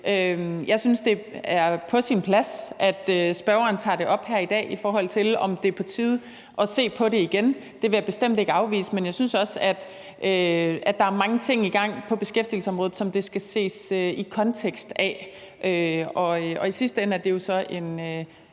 Jeg synes, det er på sin plads, at spørgeren tager det op her i dag, i forhold til om det er på tide at se på det igen. Det vil jeg bestemt ikke afvise. Men jeg synes også, at der er mange ting i gang på beskæftigelsesområdet, som det skal ses i kontekst med. Og i sidste ende er det jo så også